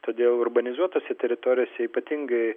todėl urbanizuotose teritorijose ypatingai